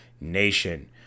nation